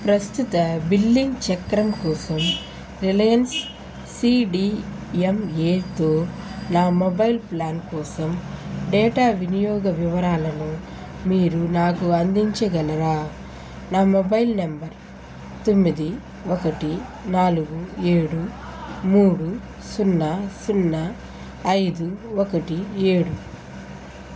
ప్రస్తుత బిల్లింగ్ చక్రం కోసం రిలయన్స్ సిడిఎంఎతో నా మొబైల్ ప్లాన్ కోసం డేటా వినియోగ వివరాలను మీరు నాకు అందించగలరా నా మొబైల్ నంబర్ తొమ్మిది ఒకటి నాలుగు ఏడు మూడు సున్నా సున్నా ఐదు ఒకటి ఏడు